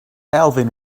alvin